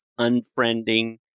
unfriending